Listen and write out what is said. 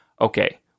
okay